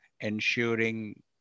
ensuring